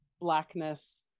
blackness